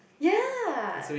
ya